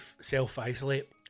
self-isolate